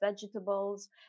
vegetables